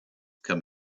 come